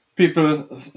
People